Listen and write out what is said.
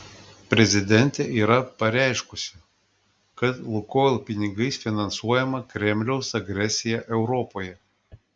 prezidentė yra pareiškusi kad lukoil pinigais finansuojama kremliaus agresija europoje